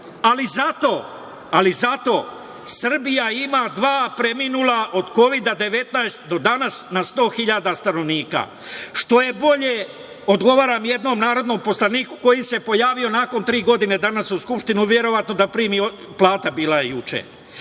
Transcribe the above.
ali zato Srbija ima dva preminula od Kovida 19 do danas na 100.000 stanovnika, što je bolje, odgovaram jednom narodnom poslaniku koji se pojavio nakon tri godine danas u Skupštini, verovatno da primi platu, bila je